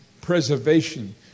preservation